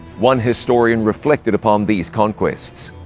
one historian reflected upon these conquests.